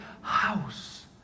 house